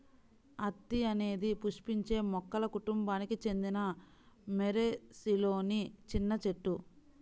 అత్తి అనేది పుష్పించే మొక్కల కుటుంబానికి చెందిన మోరేసిలోని చిన్న చెట్టు